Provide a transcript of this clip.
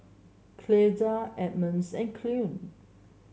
Clyda Emmons and